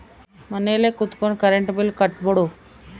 ಮನೆಲ್ ಕುತ್ಕೊಂಡ್ current bill ಕಟ್ಬೊಡು